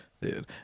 dude